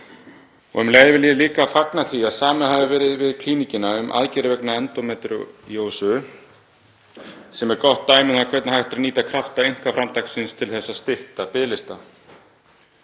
Um leið vil ég líka fagna því að samið hafi verið við Klíníkina um aðgerðir vegna endómetríósu sem er gott dæmi um það hvernig hægt er að nýta krafta einkaframtaksins til að stytta biðlista.